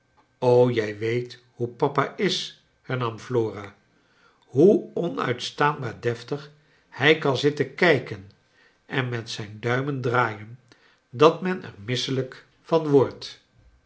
jij weet hoe papa is hernam flora hoe onuitstaanbaar deftig hij kan zitten kijken en met zijn duimen draaien dat men er misselijk van wordt